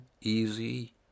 easy